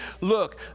look